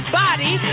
body